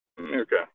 Okay